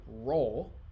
role